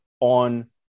on